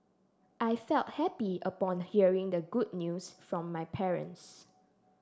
I felt happy upon hearing the good news from my parents